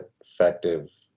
effective